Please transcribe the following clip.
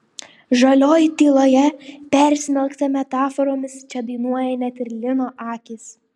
žalioj tyloje persmelkta metaforomis čia dainuoja net ir lino akys